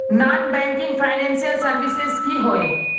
Non banking financial services की होय?